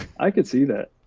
i could see that,